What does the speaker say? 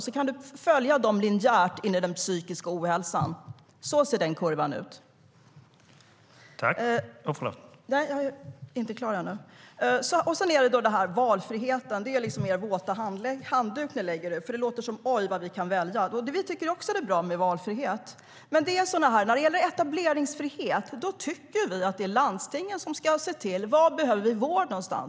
Sedan kan du följa dem linjärt in i den psykiska ohälsan. Så ser den kurvan ut. Valfriheten är liksom er våta handduk ni lägger ut. Det låter som: Oj, vad vi kan välja. Vi tycker också att det är bra med valfrihet. Men när det gäller etableringsfrihet tycker vi att det är landstingen som ska se till: Var behöver vi vård någonstans?